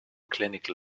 clinical